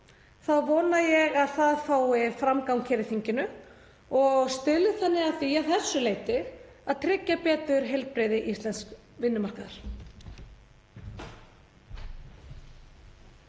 þá vona ég að það fái framgang hér í þinginu og stuðli þannig að því að þessu leyti að tryggja betur heilbrigði íslensks vinnumarkaðar.